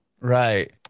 Right